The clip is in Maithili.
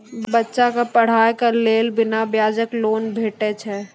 बच्चाक पढ़ाईक लेल बिना ब्याजक लोन भेटै छै?